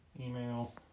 Email